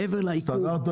מעבר לעיכוב